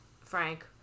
Frank